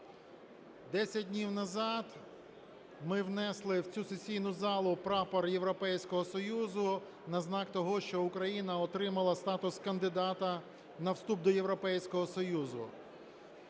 днів назад ми внесли в цю сесійну залу прапор Європейського Союзу на знак того, що Україна отримала статус кандидата на вступ до Європейського Союзу.